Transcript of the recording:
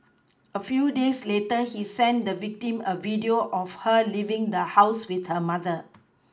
a few days later he sent the victim a video of her leaving the house with her mother